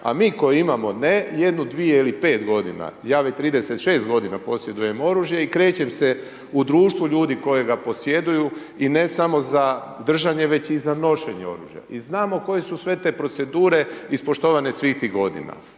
a mi koji imamo ne jednu, dvije ili pet godina, ja već 36 godina posjedujem oružje i krećem se u društvu ljudi koji ga posjeduju i ne samo za držanje već i za nošenje oružja. I znamo koje su sve te procedure ispoštovane svih tih godine.